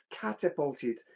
catapulted